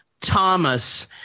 Thomas